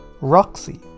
Roxy